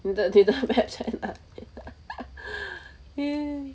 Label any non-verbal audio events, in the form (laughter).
你的你的 map 在那边 (laughs) !ee!